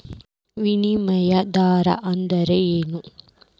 ವಿನಿಮಯ ದರ ಅಂದ್ರೇನು?